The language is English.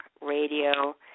Radio